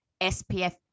SPF